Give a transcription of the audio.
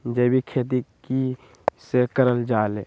जैविक खेती कई से करल जाले?